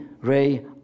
Ray